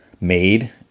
made